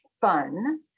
fun